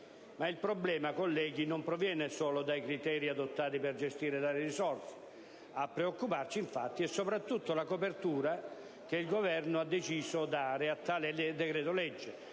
Ma il problema, colleghi, non proviene solo dai criteri adottati per gestire tali risorse; a preoccuparci è soprattutto la copertura che il Governo ha deciso di dare a tale decreto-legge,